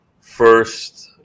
first